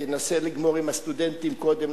תנסה לגמור עם הסטודנטים קודם,